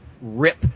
rip